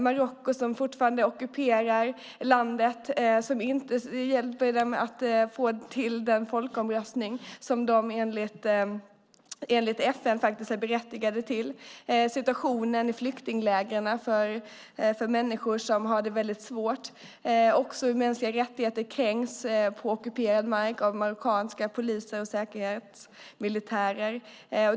Marocko ockuperar fortfarande landet och hjälper dem inte att få till den folkomröstning som de enligt FN är berättigade till. Situationen för människor i flyktinglägren är väldigt svår. Mänskliga rättigheter kränks på ockuperad mark av marockansk säkerhetspolis och militär.